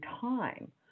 time